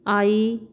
I